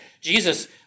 Jesus